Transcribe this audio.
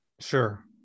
Sure